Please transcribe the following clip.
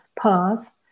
path